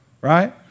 right